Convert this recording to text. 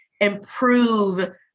improve